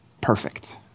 perfect